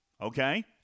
okay